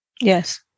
Yes